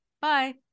Bye